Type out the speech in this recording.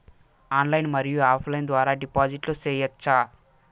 Online మరియు offline ద్వారా డిపాజిట్లు సేయొచ్చా?